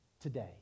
today